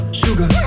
sugar